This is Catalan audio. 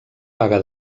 vaga